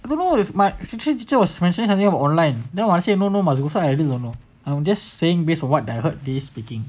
don't know my history was mentioning something about online then I say no no must go find something I also don't know I'm just saying based on what I heard them speaking